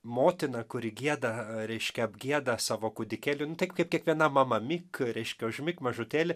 motina kuri gieda reiškia apgieda savo kūdikėlį nu taip kaip kiekviena mama mik reiškia užmik mažutėli